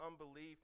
unbelief